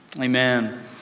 Amen